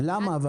למה לייקר?